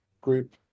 group